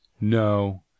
No